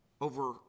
over